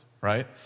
right